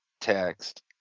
text